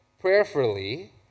prayerfully